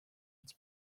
its